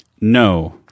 No